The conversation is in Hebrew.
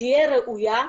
תהיה ראויה,